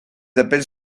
appels